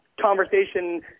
conversation